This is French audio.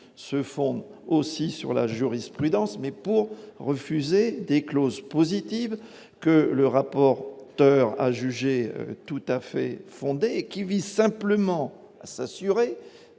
se font aussi sur la jurisprudence mais pour refuser des clauses positive que le rapport auteur-a jugé tout à fait fondée et qui vise simplement à s'assurer,